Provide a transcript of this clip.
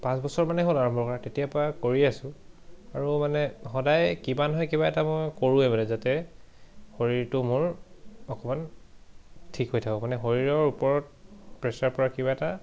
পাঁচ বছৰ মানে হ'ল আৰম্ভ কৰা তেতিয়াৰ পৰা কৰি আছোঁ আৰু মানে সদায় কিবা নহয় কিবা এটা মই কৰোৱেই মানে যাতে শৰীৰটো মোৰ অকণমান ঠিক হৈ থাকক মানে শৰীৰৰ ওপৰত প্ৰেছাৰ পৰা কিবা এটা